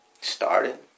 Started